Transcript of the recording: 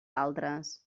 altres